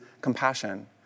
compassion